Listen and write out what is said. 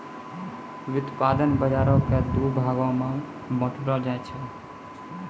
व्युत्पादन बजारो के दु भागो मे बांटलो जाय छै